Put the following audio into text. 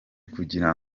kugira